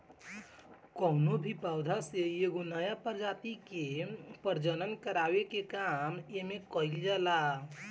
कवनो भी पौधा से एगो नया प्रजाति के प्रजनन करावे के काम एमे कईल जाला